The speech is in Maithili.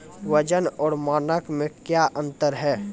वजन और मानक मे क्या अंतर हैं?